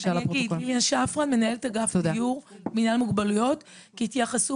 בין משרד הבריאות לביננו